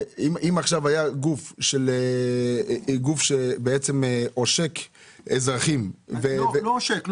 אם עכשיו היה גוף שבעצם עושק אזרחים --- לא עושק.